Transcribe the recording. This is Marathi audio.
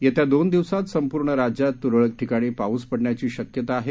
येत्या दोन दिवसात संपूर्ण राज्यात तुरळक ठिकाणी पाऊस पडण्याची शक्यता आहे